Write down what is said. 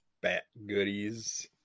Bat-goodies